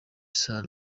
sall